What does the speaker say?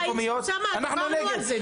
אוסאמה, דיברנו על זה.